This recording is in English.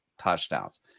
touchdowns